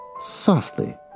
softly